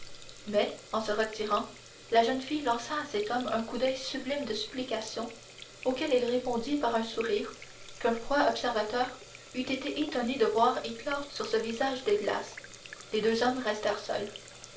mais en se retirant la jeune fille lança à cet homme un coup d'oeil sublime de supplication auquel il répondit par un sourire qu'un froid observateur eût été étonné de voir éclore sur ce visage de glace les deux hommes restèrent seuls